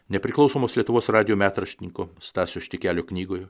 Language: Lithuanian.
nepriklausomos lietuvos radijo metraštininko stasio štikelio knygoje